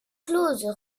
clause